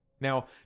Now